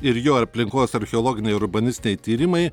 ir jo aplinkos archeologiniai urbanistiniai tyrimai